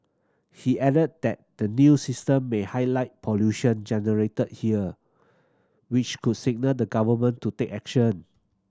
he added that the new system may highlight pollution generated here which could signal the Government to take action